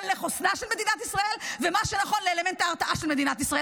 לחוסנה של מדינת ישראל ומה שנכון לאלמנט ההרתעה של מדינת ישראל.